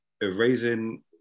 erasing